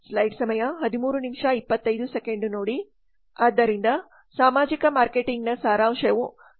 ಆದ್ದರಿಂದ ಸಾಮಾಜಿಕ ಮಾರ್ಕೆಟಿಂಗ್ನ ಸಾರಾಂಶವು ಸಾಮಾಜಿಕ ಸಮಸ್ಯೆಗಳ ಮಾರ್ಕೆಟಿಂಗ್ಗೆ ಸಂಬಂಧಿಸಿದೆ